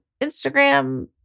Instagram